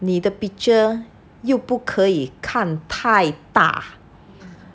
你的 picture 又不可以看太大